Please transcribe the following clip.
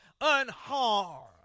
unharmed